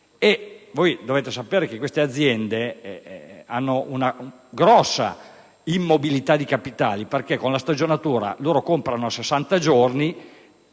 Dovete sapere che queste aziende hanno una grossa immobilizzazione di capitali, perché con la stagionatura comprano a 60 giorni;